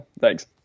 Thanks